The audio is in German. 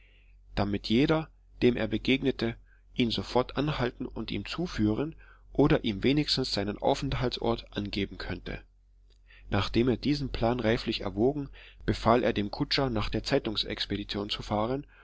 damit jeder dem er begegnete ihn sofort anhalten und ihm zuführen oder ihm wenigstens seinen aufenthaltsort angeben könnte nachdem er diesen plan reiflich erwogen befahl er dem kutscher nach der zeitungsexpedition zu fahren